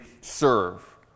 serve